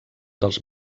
dels